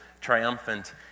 triumphant